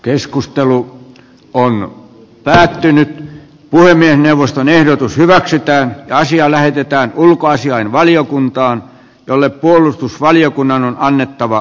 keskustelu on lähtenyt puhemiesneuvoston ehdotus hyväksytään naisia lähetetään ulkoasiainvaliokuntaan jolle puolustusvaliokunnan mukaisella tavalla